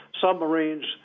submarines